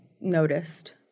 noticed